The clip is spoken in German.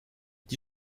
die